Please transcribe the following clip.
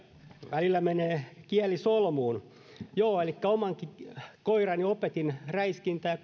välillä menee kieli solmuun elikkä omankin koirani opetin räiskintään ja